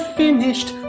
finished